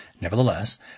Nevertheless